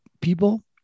people